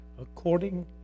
according